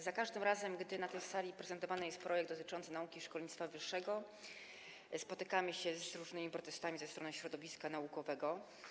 Za każdym razem, gdy na tej sali prezentowany jest projekt dotyczący nauki i szkolnictwa wyższego, spotykamy się z różnymi protestami ze strony środowiska naukowego.